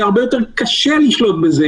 הרבה יותר קשה לשלוט בהן.